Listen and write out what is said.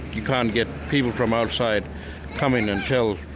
you can't get people form outside coming and tell